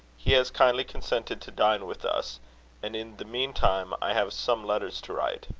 he has kindly consented to dine with us and in the meantime i have some letters to write.